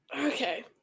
Okay